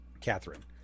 Catherine